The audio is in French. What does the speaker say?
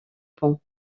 pont